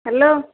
hello